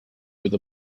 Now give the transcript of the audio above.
with